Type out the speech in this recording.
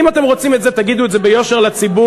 אם אתם רוצים את זה, תגידו את זה ביושר לציבור.